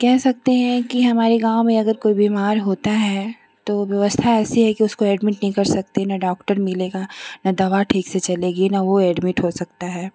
कह सकते हैं कि हमारे गाँव में अगर कोई बीमार होता है तो व्यवस्था ऐसी है कि उसको एडमिट नहीं कर सकते ना डॉक्टर मिलेगा ना दवा ठीक से चलेगी ना वो एडमिट हो सकता है